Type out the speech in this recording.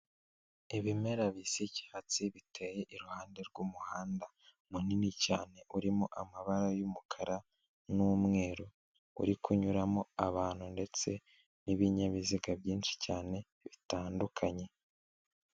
Ibimera bisa icyatsi biteye iruhande rw'umuhanda munini cyane urimo amabara y'umukara n'umweru uri kunyuramo abantu ndetse n'ibinyabiziga byinshi cyane bitandukanye.